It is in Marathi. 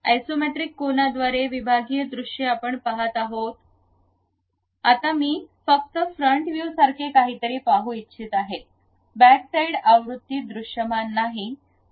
आइसोमेट्रिक कोनाद्वारे विभागीय दृश्य आपण पहात आहोत आता मी फक्त फ्रंट व्यूसारखे काहीतरी पाहू इच्छित आहे बॅकसाइड आवृत्ती दृश्यमान नाही